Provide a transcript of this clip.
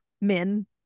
men